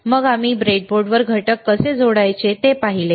मग आम्ही ब्रेडबोर्डवर घटक कसे जोडायचे ते पाहिले